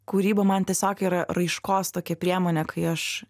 kūryba man tiesiog yra raiškos tokia priemonė kai aš